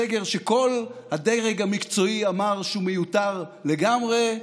סגר שכל הדרג המקצועי אמר שהוא מיותר לגמרי,